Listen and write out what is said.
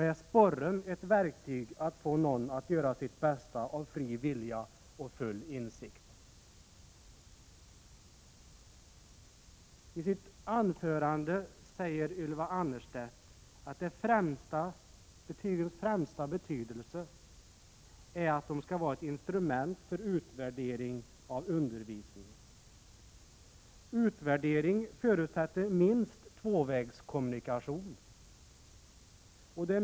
Är sporren ett verktyg att få någon att göra sitt bästa av fri vilja och med full insikt? I sitt anförande säger Ylva Annerstedt att betygens främsta betydelse ligger i att de skall vara ett instrument för utvärdering av undervisningen. Utvärdering förutsätter minst tvåvägskommunikation.